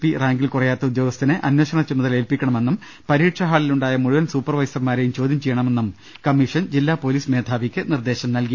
P റാങ്കിൽ കുറയാത്ത ഉദ്യോഗസ്ഥനെ അന്വേഷണ ചുമതല ഏൽപ്പിക്കണമെന്നും പരീക്ഷാ ഹാളിലുണ്ടായ മുഴുവൻ സൂപ്പർവൈസർമാ രെയും ചോദ്യം ചെയ്യണമെന്നും കമ്മീഷൻ ജില്ലാ പൊലീസ് മേധാവിക്ക് നിർദ്ദേശം നൽകി